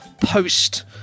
post-